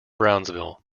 brownsville